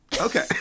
Okay